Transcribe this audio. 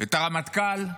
את הרמטכ"ל,